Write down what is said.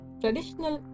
traditional